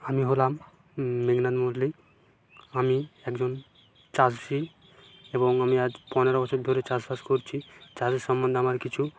আমি হলাম মেঘনাদ মল্লিক আমি একজন চাষি এবং আমি আজ পনেরো বছর ধরে চাষবাস করছি চাষের সম্বন্ধে আমার কিছু